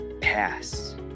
pass